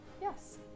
yes